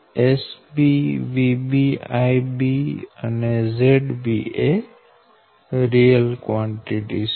SBVBIBઅને ZBએ વાસ્તવિક કવાંટીટીઝ છે